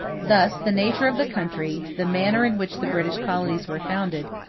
thus, the nature of the country, the manner in which the british colonies were founded,